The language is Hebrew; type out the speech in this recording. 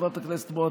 חברת הכנסת מואטי,